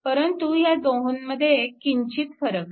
परंतु ह्या दोघांमध्ये किंचित फरक आहे